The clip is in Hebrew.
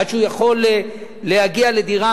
עד שהוא יכול להגיע לדירה,